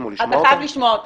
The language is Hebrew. את מוזמנת להתנגד.